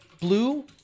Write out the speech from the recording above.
Blue